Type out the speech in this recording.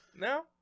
now